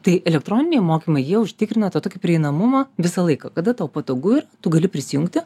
tai elektroniniai mokymai jie užtikrina tą tokį prieinamumą visą laiką kada tau patogu ir tu gali prisijungti